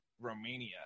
Romania